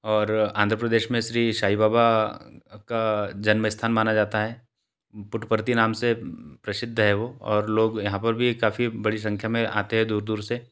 और आन्ध्र प्रदेश में श्री साई बाबा का जन्म स्थान माना जाता है पुटपर्ती नाम से प्रसिद्ध है वो और लोग यहाँ पर भी काफ़ी बड़ी संख्या में आते हैं दूर दूर से